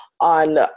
on